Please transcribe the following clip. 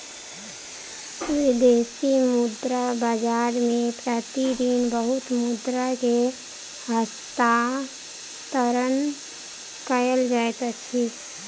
विदेशी मुद्रा बाजार मे प्रति दिन बहुत मुद्रा के हस्तांतरण कयल जाइत अछि